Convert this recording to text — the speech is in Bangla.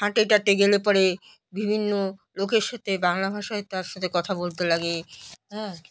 হাটে টাটে গেলে পরে বিভিন্ন লোকের সাথে বাংলা ভাষায় তার সাথে কথা বলতে লাগে হ্যাঁ